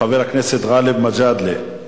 חבר הכנסת גאלב מג'אדלה.